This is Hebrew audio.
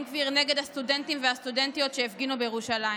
גביר נגד הסטודנטים והסטודנטיות שהפגינו בירושלים.